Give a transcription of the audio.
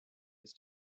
uns